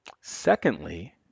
Secondly